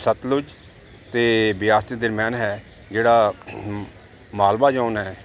ਸਤਲੁਜ ਅਤੇ ਬਿਆਸ ਦੇ ਦਰਮਿਆਨ ਹੈ ਜਿਹੜਾ ਮਾਲਵਾ ਜੌਨ ਹੈ